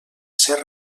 ser